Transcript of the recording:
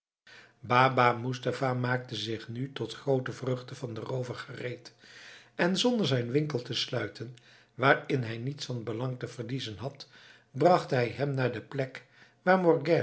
baba moestapha maakte zich nu tot groote vreugde van den roover gereed en zonder zijn winkel te sluiten waarin hij niets van belang te verliezen had bracht hij hem naar de plek waar